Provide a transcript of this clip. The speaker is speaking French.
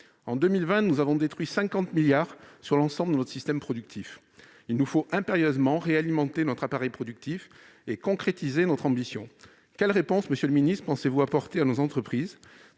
En 2020, nous en avons détruit 50 milliards d'euros sur l'ensemble de notre système productif. Il nous faut impérieusement réalimenter notre appareil productif et concrétiser notre ambition. Quelles réponses, monsieur le ministre, pensez-vous apporter à nos entreprises